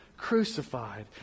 crucified